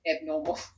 abnormal